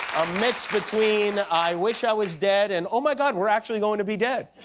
a mix between i wish i was dead and oh, my god, we're actually going to be dead.